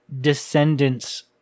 descendants